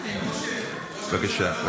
בבקשה.